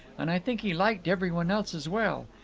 and i think he liked every one else as well.